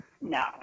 No